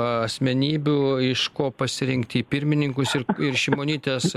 asmenybių iš ko pasirinkti į pirmininkus ir šimonytės